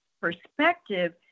perspective